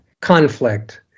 conflict